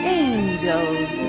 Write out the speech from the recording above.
angels